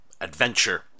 adventure